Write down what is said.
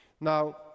Now